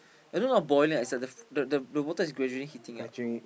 I know not boiling is like the the the the water is gradually heating up